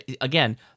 Again